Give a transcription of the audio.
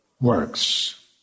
works